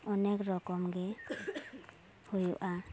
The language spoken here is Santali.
ᱚᱱᱮᱠ ᱨᱚᱠᱚᱢ ᱜᱮ ᱦᱩᱭᱩᱜᱼᱟ